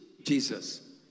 Jesus